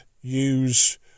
use